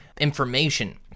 information